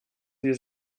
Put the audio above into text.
sie